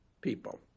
people